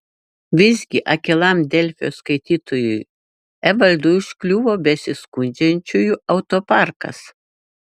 visgi akylam delfi skaitytojui evaldui užkliuvo besiskundžiančiųjų autoparkas